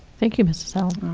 thank you mr. allen,